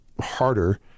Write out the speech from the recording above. harder